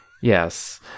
Yes